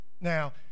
Now